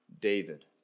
David